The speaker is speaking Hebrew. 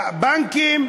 הבנקים,